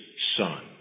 Son